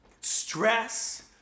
stress